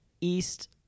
east